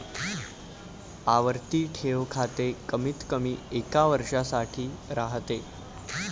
आवर्ती ठेव खाते कमीतकमी एका वर्षासाठी राहते